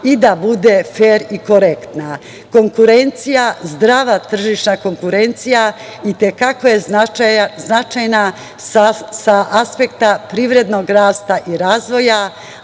i da bude fer i korektna. Konkurencija, zdrava tržišna konkurencija i te kako je značajna sa aspekta privrednog rasta i razvoja,